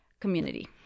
community